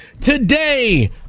Today